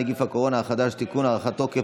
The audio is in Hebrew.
נגיף הקורונה החדש) (תיקון) (הארכת תוקף),